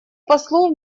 послу